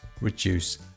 reduce